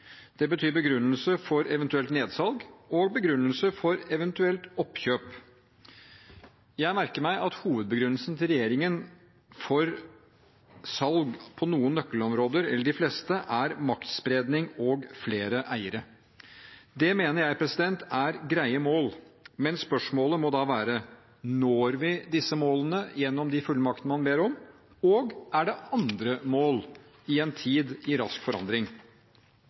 det betyr begrunnelse for eventuelt nedsalg og begrunnelse for eventuelt oppkjøp. Jeg merker meg at hovedbegrunnelsen til regjeringen for salg på noen nøkkelområder – eller de fleste – er maktspredning og flere eiere. Det mener jeg er greie mål, men spørsmålene må da være: Når vi disse målene gjennom de fullmaktene man ber om? Og er det andre mål i en tid i rask forandring?